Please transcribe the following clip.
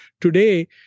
today